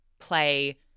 play –